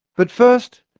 but first,